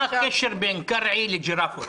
מה הקשר בין קרעי לג'ירפות?